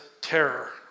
terror